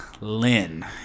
lynn